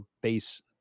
base